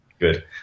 good